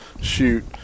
Shoot